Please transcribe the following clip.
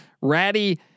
ratty